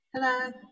hello